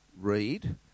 read